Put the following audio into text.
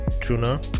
tuna